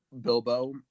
bilbo